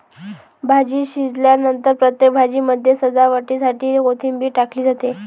भाजी शिजल्यानंतर प्रत्येक भाजीमध्ये सजावटीसाठी कोथिंबीर टाकली जाते